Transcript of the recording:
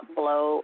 blow